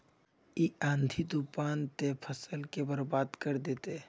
इ आँधी तूफान ते फसल के बर्बाद कर देते?